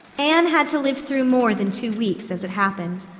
anne had to live through more than two weeks, as it happened.